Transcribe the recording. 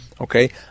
okay